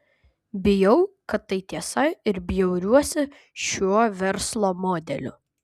bijau kad tai tiesa ir bjauriuosi šiuo verslo modeliu